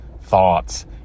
thoughts